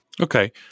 Okay